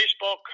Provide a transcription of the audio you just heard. baseball